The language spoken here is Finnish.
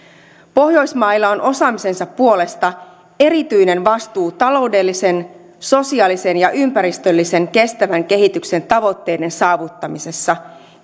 pohjoismailla on osaamisensa puolesta erityinen vastuu taloudellisen sosiaalisen ja ympäristöllisen kestävän kehityksen tavoitteiden saavuttamisessa